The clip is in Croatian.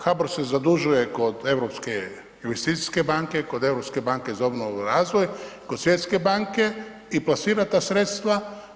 HBOR se zadužuje kod Europske investicijske banke, kod Europske banke za obnovu i razvoj, kod Svjetske banke i plasira ta sredstva.